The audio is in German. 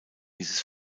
dieses